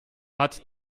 hat